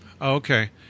Okay